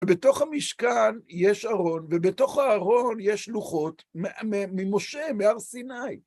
ובתוך המשכן יש ארון, ובתוך הארון יש לוחות, ממשה, מהר סיני.